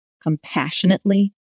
compassionately